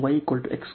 ಆದ್ದರಿಂದ y x